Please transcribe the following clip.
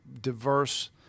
diverse